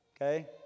Okay